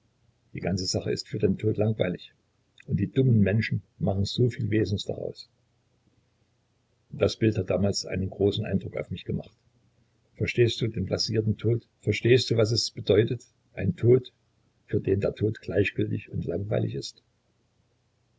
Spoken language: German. die ganze sache ist für den tod langweilig und die dummen menschen machen so viel wesens daraus das bild hat damals einen großen eindruck auf mich gemacht verstehst du den blasierten tod verstehst du was das bedeutet ein tod für den der tod gleichgültig und langweilig ist